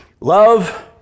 love